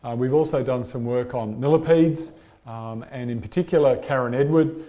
and we've also done some work on millipedes and in particular, karen edward,